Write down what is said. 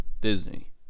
Disney